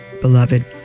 beloved